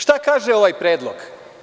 Šta kaže ovaj predlog?